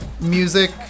music